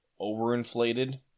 overinflated